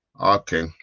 Okay